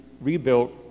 rebuilt